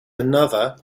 another